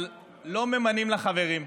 אבל לא ממנים לה חברים.